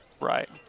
Right